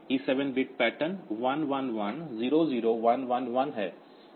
E7 bit pattern 11100111 है